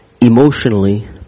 emotionally